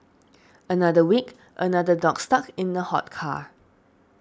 another week another dog stuck in a hot car